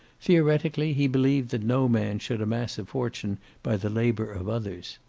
theoretically, he believed that no man should amass a fortune by the labor of others.